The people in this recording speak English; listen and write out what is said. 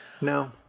No